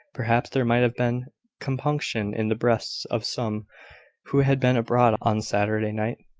perhaps there might have been compunction in the breasts of some who had been abroad on saturday night,